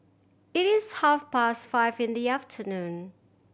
it is half past five in the afternoon